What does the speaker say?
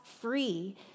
free